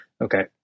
okay